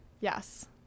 Yes